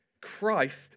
Christ